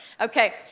Okay